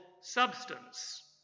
substance